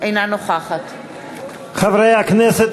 אינה נוכחת חברי הכנסת,